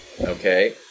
okay